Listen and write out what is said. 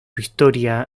historia